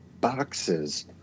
boxes